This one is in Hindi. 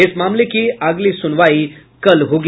इस मामले की अगली सुनवाई कल होगी